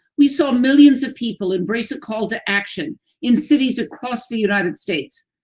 we saw millions of people embrace a call to action in cities across the united states.